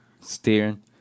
Steering